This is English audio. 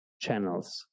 channels